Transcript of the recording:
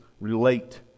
relate